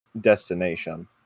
destination